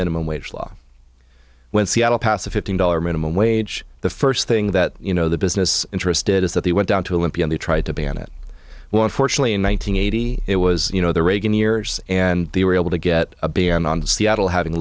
minimum wage law when seattle passed a fifteen dollar minimum wage the first thing that you know the business interested is that they went down to olympian they tried to ban it well unfortunately in one nine hundred eighty it was you know the reagan years and they were able to get a ban on the seattle having